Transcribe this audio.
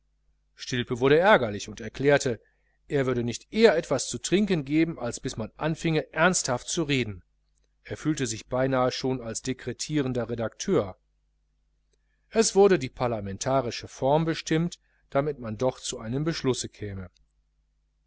stilpe wurde ärgerlich und erklärte er würde nicht eher etwas zu trinken geben als bis man anfinge ernsthaft zu reden er fühlte sich beinahe schon als dekretierenden redakteur es wurde die parlamentarische form bestimmt damit man doch zu einem beschlusse käme